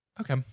Okay